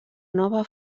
nova